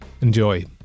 Enjoy